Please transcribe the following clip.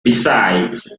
besides